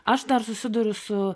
aš dar susiduriu su